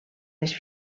les